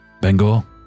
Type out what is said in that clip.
Bengal